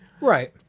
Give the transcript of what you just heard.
Right